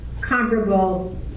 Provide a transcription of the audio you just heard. comparable